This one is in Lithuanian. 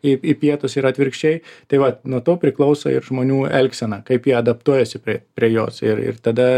į į pietus ir atvirkščiai tai vat nuo to priklauso ir žmonių elgsena kaip jie adaptuojasi prie prie jos ir ir tada